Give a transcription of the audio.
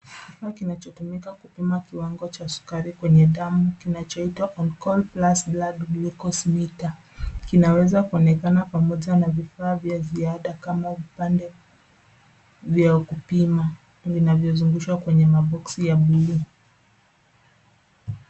Kifaa kinachotumika kupima kiwango cha sukari kwenye damu kinachoitwa Onkon plus blood glucose meter. Kinaweza kuonekana pamoja na vifaa vya ziada kama vipande vya kupima, vinavyozungushwa kwenye maboksi ya blue .